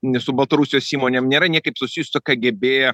su baltarusijos įmonėm nėra niekaip susijusi su kgb